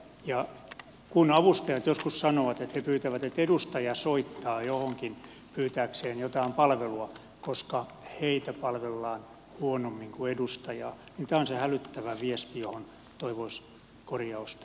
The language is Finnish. kun avustajat joskus sanovat että he pyytävät että edustaja soittaa johonkin pyytääkseen jotain palvelua koska heitä palvellaan huonommin kuin edustajaa niin tämä on se hälyttävä viesti johon toivoisi korjausta